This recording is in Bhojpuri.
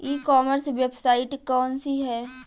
ई कॉमर्स वेबसाइट कौन सी है?